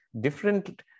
different